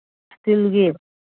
ꯏꯁꯇꯤꯜꯒꯤ